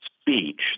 speech